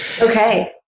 Okay